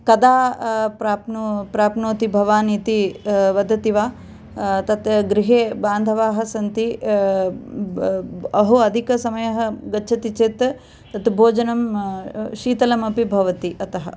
कदा प्राप्नो प्राप्नोति भवान् इति वदति वा तत् गृहे बान्धवः सन्ति अहो अधिकसमयः गच्छति चेत् तत् भोजनं शीतलमपि भवति अतः